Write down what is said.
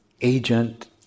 agent